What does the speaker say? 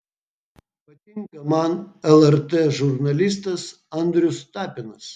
patinka man lrt žurnalistas andrius tapinas